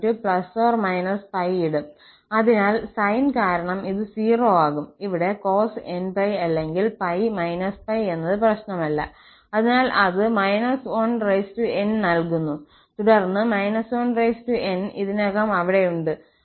അതിനാൽ സൈൻ കാരണം ഇത് 0 ആകും ഇവിടെ cos 𝑛𝜋 അല്ലെങ്കിൽ π π എന്നത് പ്രശ്നമല്ല അതിനാൽ അത് 1nനൽകുന്നു തുടർന്ന് 1nഇതിനകം അവിടെയുണ്ട്